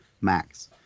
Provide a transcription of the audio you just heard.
max